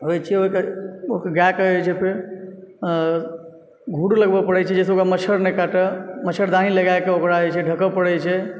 होइत छियै ओहिके गैके जे छै फेर घूर लगबय परैत छै जाहिसँ ओकरा मच्छर नहि काटए मच्छरदानी लगायक ओकरा जे छै ढ़कय परैत छै